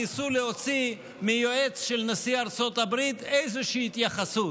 ניסו להוציא מיועץ של נשיא ארצות הברית איזושהי התייחסות.